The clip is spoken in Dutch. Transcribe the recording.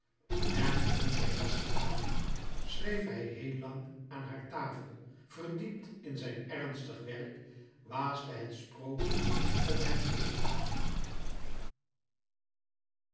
en toen zij was gegaan schreef hij heel lang aan haar tafel verdiept in zijn ernstig werk waasde het sprookje om hem